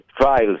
trials